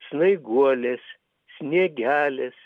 snaiguolės sniegelis